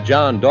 John